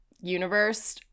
universe